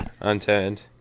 unturned